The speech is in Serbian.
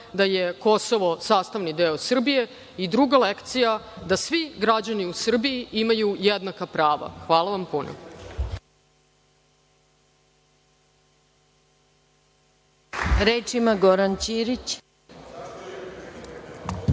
da je Kosovo sastavni deo Srbije i druga lekcija da svi građani u Srbiji imaju jednaka prava. Hvala vam puno. **Maja Gojković**